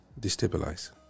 destabilize